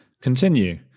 continue